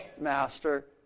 master